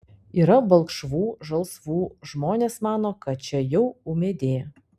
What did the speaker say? yra balkšvų žalsvų žmonės mano kad čia jau ūmėdė